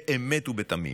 באמת ובתמים,